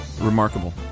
Remarkable